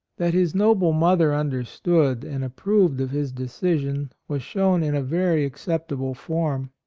that his noble mother under stood and approved of his decision was shown in a very acceptable form.